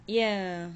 ya